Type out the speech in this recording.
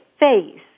face